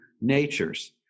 natures